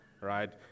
right